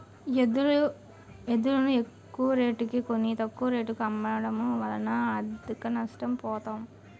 ఎద్దులును ఎక్కువరేటుకి కొని, తక్కువ రేటుకు అమ్మడము వలన ఆర్థికంగా నష్ట పోతాం